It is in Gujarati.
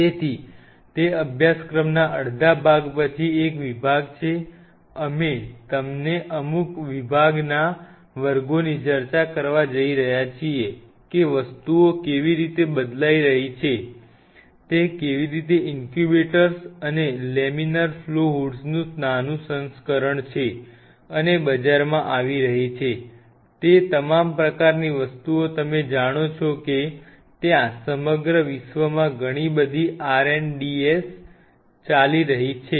તેથી તે અભ્યાસક્રમના અડધા ભાગ પછી એક વિભાગ છે અમે તમને અમુક વિભાગના વર્ગોની ચર્ચા કરવા જઈ રહ્યા છીએ કે વસ્તુઓ કેવી રીતે બદલાઈ રહી છે તે કેવી રીતે ઇન્ક્યુબેટર્સ અને લેમિનાર ફ્લો હૂડ્સનું નાનું સંસ્કરણ છે અને બજારમાં આવી રહી છે તે તમામ પ્રકારની વસ્તુઓ તમે જાણો છો કે ત્યાં સમગ્ર વિશ્વમાં ઘણી બધી RNDS ચાલી રહી છે